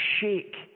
shake